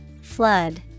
Flood